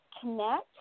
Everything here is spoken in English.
connect